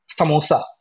samosa